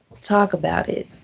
talk about it.